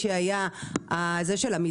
יכול להיות שאם לאותם אנשים היה את הסיוע והליווי